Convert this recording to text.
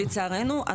לצערנו,